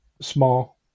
small